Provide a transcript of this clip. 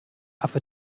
affe